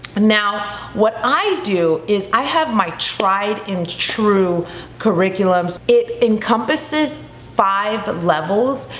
now, what i do is i have my tried and true curriculums, it encompasses five levels.